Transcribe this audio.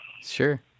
Sure